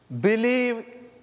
Believe